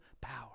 power